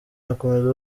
akomeza